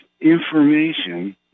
information